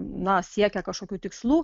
na siekia kažkokių tikslų